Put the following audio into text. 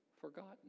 Forgotten